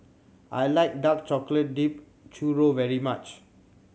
I like dark chocolate dipped churro very much